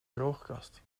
droogkast